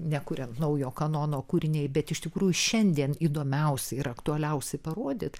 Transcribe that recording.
nekuriant naujo kanono kūriniai bet iš tikrųjų šiandien įdomiausi ir aktualiausi parodyt